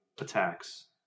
attacks